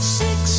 six